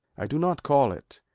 i do not call it.